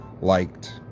liked